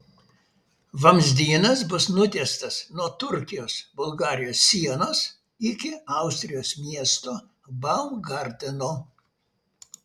vamzdynas bus nutiestas nuo turkijos bulgarijos sienos iki austrijos miesto baumgarteno